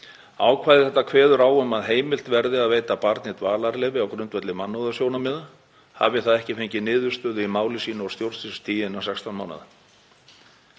Ákvæðið kveður á um að heimilt verði að veita barni dvalarleyfi á grundvelli mannúðarsjónarmiða hafi það ekki fengið niðurstöðu í máli sínu á stjórnsýslustigi innan 16 mánaða.